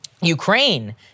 Ukraine